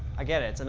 i get it. and